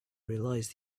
realise